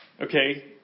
Okay